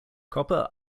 copper